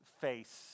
face